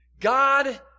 God